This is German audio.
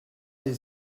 die